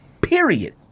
Period